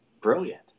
Brilliant